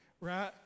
Right